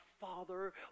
Father